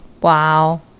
Wow